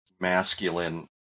masculine